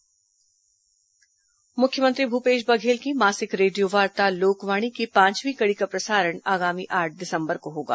लोकवाणी मुख्यमंत्री भूपेश बघेल की मासिक रेडियोवार्ता लोकवाणी की पांचवीं कड़ी का प्रसारण आगामी आठ दिसम्बर को होगा